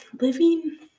living